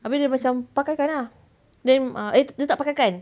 habis dia macam pakaikan ah then ah eh dia tak pakaikan